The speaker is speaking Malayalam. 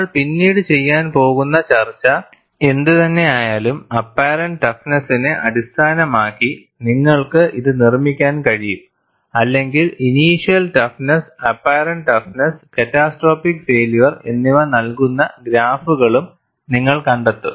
നമ്മൾ പിന്നീട് ചെയ്യാൻ പോകുന്ന ചർച്ച എന്തുതന്നെയായാലും അപ്പാറെന്റ് ടഫ്നെസ്സിനെ അടിസ്ഥാനമാക്കി നിങ്ങൾക്ക് ഇത് നിർമ്മിക്കാൻ കഴിയും അല്ലെങ്കിൽ initial toughness apparent toughness catastrophic failure എന്നിവ നൽകുന്ന ഗ്രാഫുകളും നിങ്ങൾ കണ്ടെത്തും